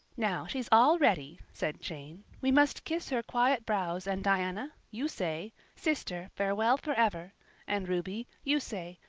now, she's all ready, said jane. we must kiss her quiet brows and, diana, you say, sister, farewell forever and ruby, you say,